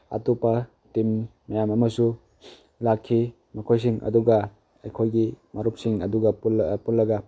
ꯑꯇꯣꯞꯄ ꯇꯤꯝ ꯃꯌꯥꯝ ꯑꯃꯁꯨ ꯂꯥꯛꯈꯤ ꯃꯈꯣꯏꯁꯤꯡ ꯑꯗꯨꯒ ꯑꯩꯈꯣꯏꯒꯤ ꯃꯔꯨꯞꯁꯤꯡ ꯑꯗꯨꯒ ꯄꯨꯜꯂꯒ